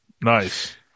Nice